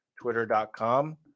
Twitter.com